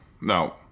no